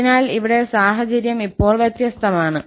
അതിനാൽ ഇവിടെ സാഹചര്യം ഇപ്പോൾ വ്യത്യസ്തമാണ്